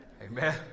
Amen